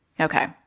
Okay